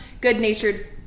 good-natured